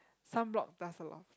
sunblock plus a lot